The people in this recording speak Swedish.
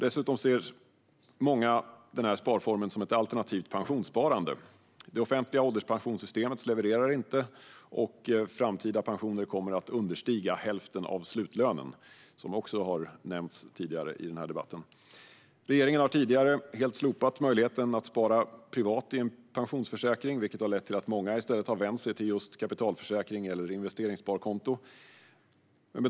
Dessutom ser många den sparformen som ett alternativt pensionssparande. Det offentliga ålderspensionssystemet levererar inte, och framtida pensioner kommer att understiga hälften av slutlönen - som också har nämnts tidigare i debatten. Regeringen har tidigare helt slopat möjligheten att spara privat i en pensionsförsäkring, vilket har lett till att många i stället har vänt sig till just kapitalförsäkring eller investeringssparkonto.